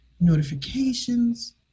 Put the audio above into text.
notifications